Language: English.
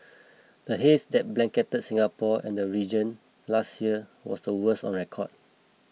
the haze that blanketed Singapore and the region last year was the worst on record